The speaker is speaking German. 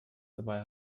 dabei